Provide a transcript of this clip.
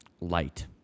light